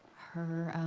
her